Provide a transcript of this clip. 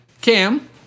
Cam